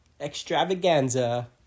extravaganza